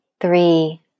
three